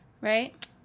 right